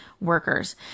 workers